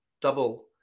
double